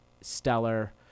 stellar